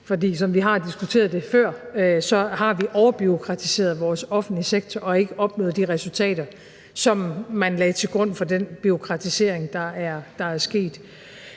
fordi, som vi har diskuteret det før, har vi overbureaukratiseret vores offentlige sektor og ikke opnået de resultater, som man lagde til grund for den bureaukratisering, der er sket.